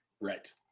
Right